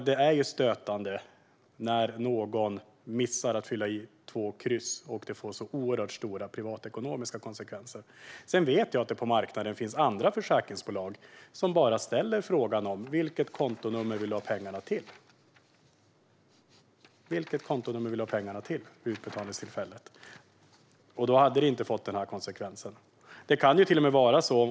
Det är stötande när någon missar att fylla i två kryss och det får så oerhört stora privatekonomiska konsekvenser. Jag vet att det på marknaden finns andra försäkringsbolag som vid utbetalningstillfället bara ställer frågan: Vilket kontonummer vill du ha pengarna till? Det skulle inte få den konsekvensen.